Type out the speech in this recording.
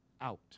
out